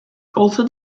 also